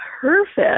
perfect